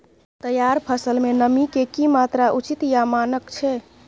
तैयार फसल में नमी के की मात्रा उचित या मानक छै?